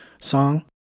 song